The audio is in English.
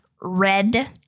red